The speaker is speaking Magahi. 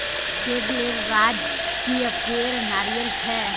केरलेर राजकीय पेड़ नारियल छे